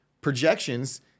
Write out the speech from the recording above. projections